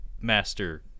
master